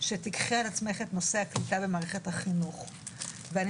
שתיקחי על עצמך את נושא הקליטה במערכת החינוך ואני